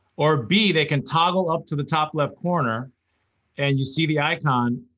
or b, they can toggle up to the top-left corner and you see the icon,